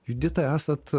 judita esat